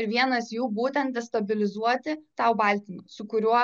ir vienas jų būtent destabilizuoti tau baltymą su kuriuo